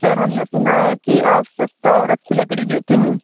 sir हमने सुना है कि आप सस्ती और अच्छी लकड़ी देते हैं